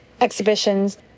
exhibitions